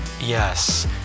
yes